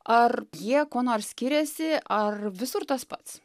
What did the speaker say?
ar jie kuo nors skiriasi ar visur tas pats